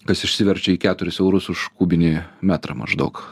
kas išsiverčia į keturis eurus už kubinį metrą maždaug